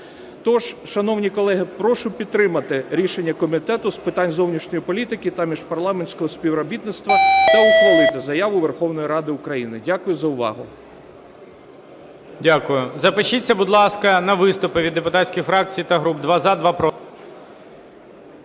Тож, шановні колеги, прошу підтримати рішення Комітету з питань зовнішньої політики та міжпарламентського співробітництва та ухвалити заяву Верховної Ради України. Дякую за увагу.